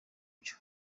byo